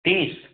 तीस